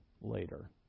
later